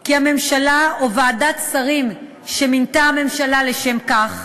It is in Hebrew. כי הממשלה או ועדת שרים שמינתה הממשלה לשם כך,